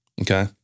okay